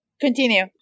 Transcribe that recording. Continue